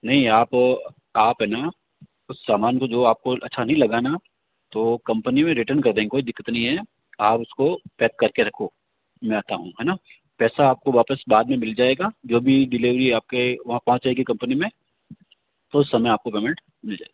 नहीं है आप आप है न उस सामान को जो आप को अच्छा नहीं लगा न तो कंपनी में रिटर्न कर देंगे कोई दिक्कत नहीं है आप उसको पैक करके रखो मैं आता हूँ है न पैसा आपको वापस बाद में मिल जाएगा जो भी डिलीवरी आपके वहाँ पहुँच जाएगी कंपनी में तो उस समय आपको पेमेंट मिल जाएगी